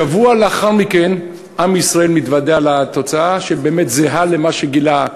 ושבוע לאחר מכן עם ישראל מתוודע לתוצאה שבאמת זהה למה שהוא גילה?